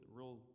real